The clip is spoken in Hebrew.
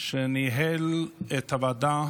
שניהל את הוועדה